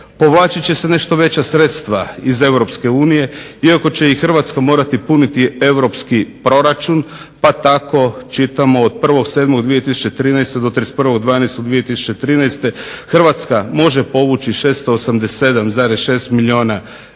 Povlačit će se nešto veća sredstva iz EU iako će i Hrvatska morati puniti europski proračun, pa tko čitamo od 1.7.2013. do 31.12.2013. Hrvatska može povući 687,6 milijuna eura